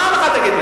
פעם אחת תגיד לי.